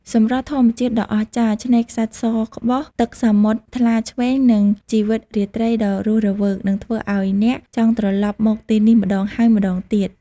សម្រស់ធម្មជាតិដ៏អស្ចារ្យ ឆ្នេរខ្សាច់សក្បុស ទឹកសមុទ្រថ្លាឆ្វេង និងជីវិតរាត្រីដ៏រស់រវើក នឹងធ្វើឲ្យអ្នកចង់ត្រឡប់មកទីនេះម្តងហើយម្តងទៀត។